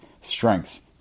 Strengths